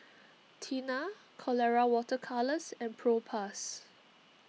Tena Colora Water Colours and Propass